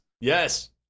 Yes